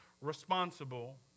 responsible